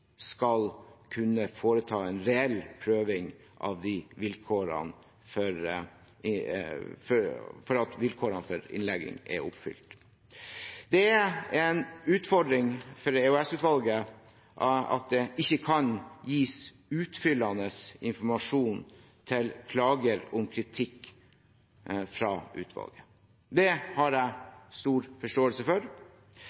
skal kunne foreta en reell prøving av om vilkårene for registrering er oppfylt. Det er en utfordring for EOS-utvalget at det ikke kan gis utfyllende informasjon til klager om kritikk fra utvalget. Det har jeg